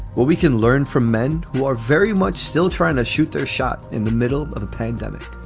well, we can learn from men who are very much still trying to shoot their shot in the middle of a paid